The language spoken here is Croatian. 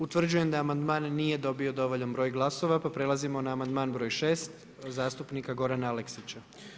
Utvrđujem da amandman nije dobio dovoljan broj glasova, pa prelazimo na amandman broj šest zastupnika Gorana Aleksića.